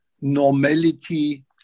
normality